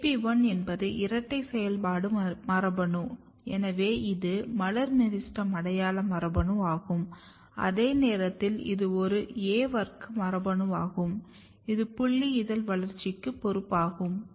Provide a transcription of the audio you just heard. AP1 என்பது இரட்டை செயல்பாடு மரபணு எனவே இது மலர் மெரிஸ்டெம் அடையாள மரபணு ஆகும் அதே நேரத்தில் இது ஒரு A வர்க்க மரபணுவாகும் இது புல்லி இதழ் வளர்ச்சிக்கு பொறுப்பாகும்